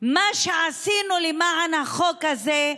מה שעשינו למען החוק הזה,